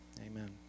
Amen